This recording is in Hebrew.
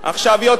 לכל הרוחב.